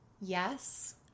yes